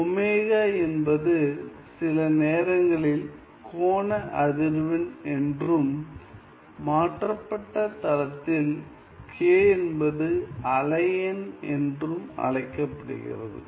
ω என்பது சில நேரங்களில் கோண அதிர்வெண் என்றும் மாற்றப்பட்ட தளத்தில் k என்பது அலை எண் என்றும் அழைக்கப்படுகிறது